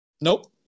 Nope